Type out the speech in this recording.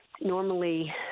normally